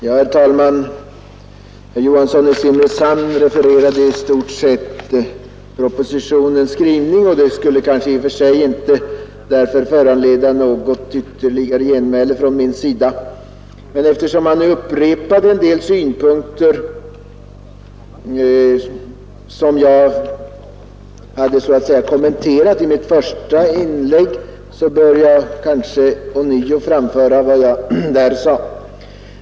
Herr talman! Herr Johansson i Simrishamn refererade i stort sett propositionens skrivning, och hans inlägg skulle därför kanske i och för sig inte föranleda något ytterligare genmäle från min sida. Men eftersom herr Johansson upprepade en del synpunkter som jag kommenterade i mitt första inlägg bör jag måhända ånyo framhålla vad jag där sade.